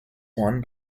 won